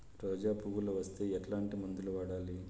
రోజా పువ్వులు వస్తే ఎట్లాంటి మందులు వాడాలి?